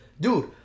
Dude